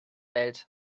belt